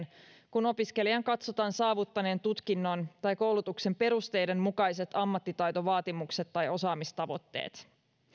kun opiskelijan katsotaan saavuttaneen tutkinnon tai koulutuksen perusteiden mukaiset ammattitaitovaatimukset tai osaamistavoitteet